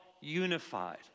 unified